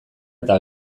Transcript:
eta